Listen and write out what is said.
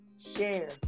share